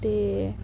ते